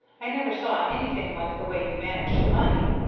i never saw anything like the way you manage the money,